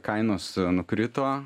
kainos nukrito